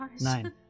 Nine